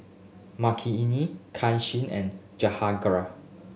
Makineni Kanshi and